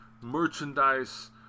merchandise